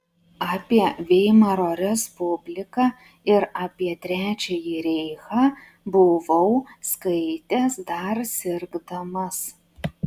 apie veimaro respubliką ir apie trečiąjį reichą buvau skaitęs dar sirgdamas